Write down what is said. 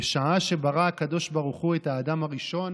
"בשעה שברא הקדוש ברוך הוא את האדם הראשון,